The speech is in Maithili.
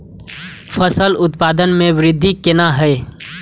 फसल उत्पादन में वृद्धि केना हैं?